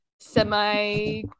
semi